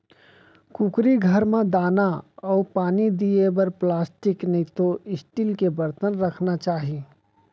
कुकरी घर म दाना अउ पानी दिये बर प्लास्टिक नइतो स्टील के बरतन राखना चाही